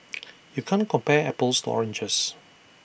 you can't compare apples to oranges